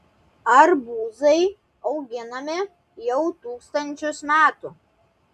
arbūzai auginami jau tūkstančius metų